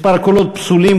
מספר הקולות הפסולים,